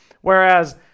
Whereas